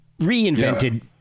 reinvented